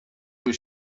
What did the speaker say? was